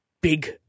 big